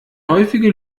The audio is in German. häufige